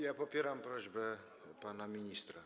Ja popieram prośbę pana ministra.